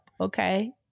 Okay